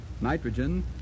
nitrogen